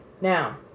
Now